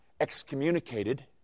excommunicated